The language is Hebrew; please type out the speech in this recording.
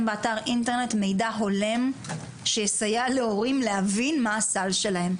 באתר אינטרנט מידע הולם שיסייע להורים להבין מה הסל שלהם,